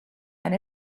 and